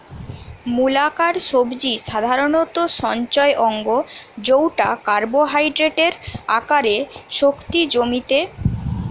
মূলাকার সবজি সাধারণত সঞ্চয় অঙ্গ জউটা কার্বোহাইড্রেটের আকারে শক্তি জমিতে বাড়ি যায়